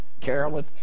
Carolyn